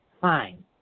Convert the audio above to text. fine